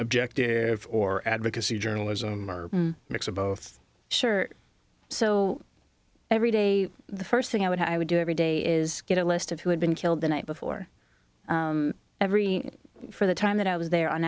objective or advocacy journalism or mix of both sure so every day the first thing i would i would do every day is get a list of who had been killed the night before every for the time that i was there